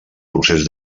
procés